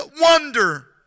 wonder